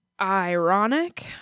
ironic